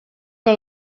que